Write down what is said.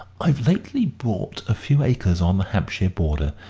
i've lately bought a few acres on the hampshire border,